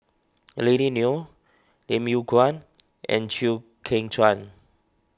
Lily Neo Lim Yew Kuan and Chew Kheng Chuan